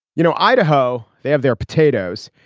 you know, idaho, they have their potatoes.